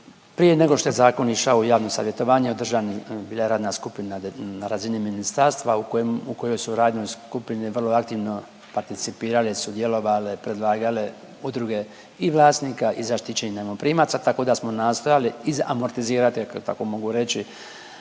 prije nego što je zakon išao u javno savjetovanje, održana je radna skupina na razini ministarstva u kojoj su radnoj skupini vrlo aktivno participirale, sudjelovale, predlagale udruge i vlasnika i zaštićenih najmoprimaca, tako da smo nastojali izamortizirati ako tako mogu reći,